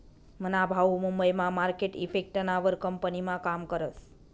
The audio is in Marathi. मना भाऊ मुंबई मा मार्केट इफेक्टना वर कंपनीमा काम करस